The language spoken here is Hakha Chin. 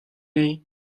ngei